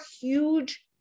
huge